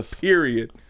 Period